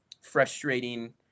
frustrating